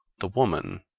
the woman,